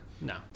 No